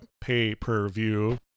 pay-per-view